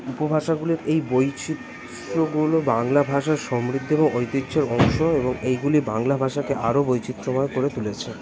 উপভাষাগুলোর এই বৈচিত্র্যগুলো বাংলা ভাষার সমৃদ্ধি এবং ঐতিহ্যর অংশ এবং এইগুলি বাংলা ভাষাকে আরও বৈচিত্র্যময় করে তুলেছে